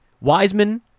Wiseman